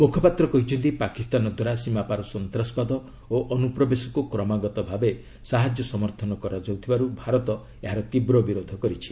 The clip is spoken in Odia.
ମୁଖପାତ୍ର କହିଛନ୍ତି ପାକିସ୍ତାନଦ୍ୱାରା ସୀମାପାର ସନ୍ତାସବାଦ ଓ ଅନୁପ୍ରବେଶକୁ କ୍ରମାଗତ ଭାବେ ସାହାଯ୍ୟ ସମର୍ଥନ କରାଯାଉଥିବାରୁ ଭାରତ ଏହାର ତୀବ୍ର ବିରୋଧ କରିଛି